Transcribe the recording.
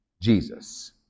Jesus